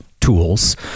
tools